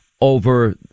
over